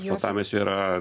finansavimas jo yra